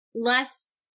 less